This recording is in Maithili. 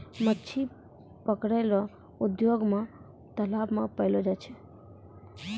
मछली पकड़ै रो उद्योग मे तालाब मे पाललो जाय छै